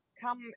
come